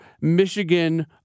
Michigan